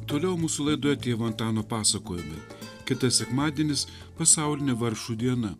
toliau mūsų laidoje tėvo antano pasakojimai kitas sekmadienis pasaulinė vargšų diena